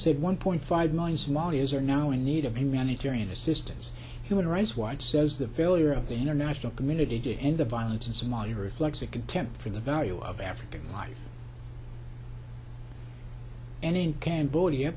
said one point five million somalis are now in need of humanitarian assistance human rights watch says the value of the international community to end the violence in somalia reflects a contempt for the value of african life and in cambodia